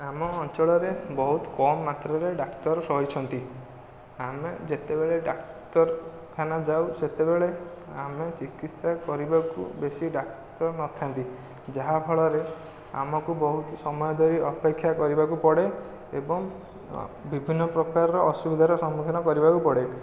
ଆମ ଅଞ୍ଚଳରେ ବହୁତ କମ ମାତ୍ରାରେ ଡାକ୍ତର ରହିଛନ୍ତି ଆମେ ଯେତେବେଳେ ଡାକ୍ତରଖାନା ଯାଉ ସେତବେଳେ ଆମେ ଚିକିତ୍ସା କରିବାକୁ ବେଶି ଡାକ୍ତର ନଥାନ୍ତି ଯାହାଫଳରେ ଆମକୁ ବହୁତ ସମୟ ଧରି ଅପେକ୍ଷା କରିବାକୁ ପଡ଼େ ଏବଂ ବିଭିନ୍ନ ପ୍ରକାରର ଅସୁବିଧାର ସମ୍ମୁଖୀନ କରିବାକୁ ପଡ଼େ